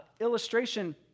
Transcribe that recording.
illustration